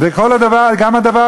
גם הדבר